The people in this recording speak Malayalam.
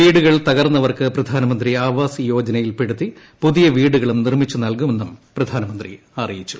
വീടുകൾ തകർന്നവർക്ക് പ്രധാനമന്ത്രി ആവാസ് യോജനയിൽപെടുത്തി പുതിയ വീടുകളും നിർമ്മിച്ചു നൽകുമെന്നും പ്രധാനമന്ത്രി അറിയിച്ചു